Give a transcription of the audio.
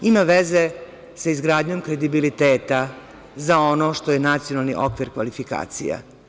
Ima veze sa izgradnjom kredibiliteta za ono što je nacionalni okvir kvalifikacija.